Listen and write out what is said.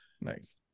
Nice